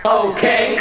okay